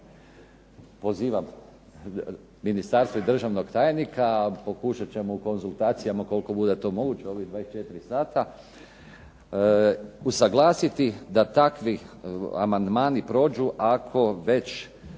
Pozivam ministarstvo i državnog tajnika, pokušat ćemo u konzultacijama koliko bude to moguće u ovih 24 sata, usuglasiti da takvi amandmani prođu ako već